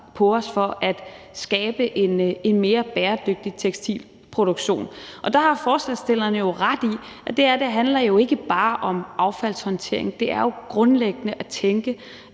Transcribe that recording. på os for at skabe en mere bæredygtig tekstilproduktion. Der har forslagsstillerne ret i, at det her jo ikke bare handler om affaldshåndtering. Det handler grundlæggende om at tænke